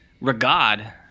regard